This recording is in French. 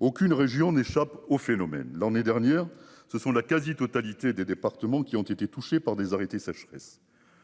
Aucune région n'échappe au phénomène. L'année dernière ce sont la quasi totalité des départements qui ont été touchés par des arrêtés sécheresse.